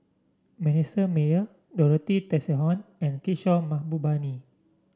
Manasseh Meyer Dorothy Tessensohn and Kishore Mahbubani